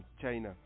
China